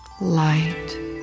light